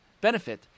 benefit